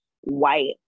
white